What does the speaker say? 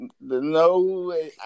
no